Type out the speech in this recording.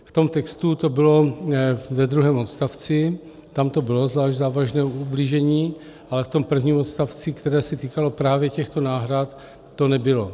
V tom textu to bylo ve druhém odstavci, tam to bylo zvlášť závažné ublížení, ale v tom prvním odstavci, které se týkalo právě těchto náhrad, to nebylo.